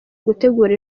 ugutegura